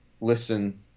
listen